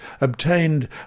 obtained